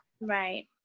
Right